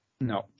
No